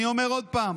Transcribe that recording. אני אומר עוד פעם: